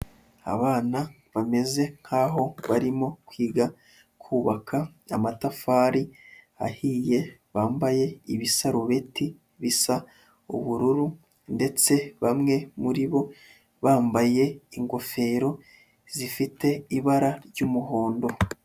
Abana bameze nk'aho barimo kwiga kubaka amatafari ahiye, bambaye ibisarubeti bisa ubururu ndetse bamwe muri bo bambaye ingofero zifite ibara ry'umuhondo.